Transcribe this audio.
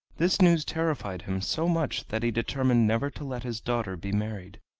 this news terrified him so much that he determined never to let his daughter be married,